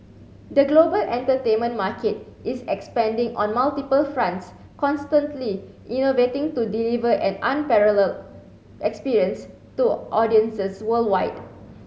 the global entertainment market is expanding on multiple fronts constantly innovating to deliver an unparalleled experience to audiences worldwide